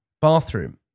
bathroom